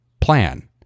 plan